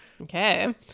okay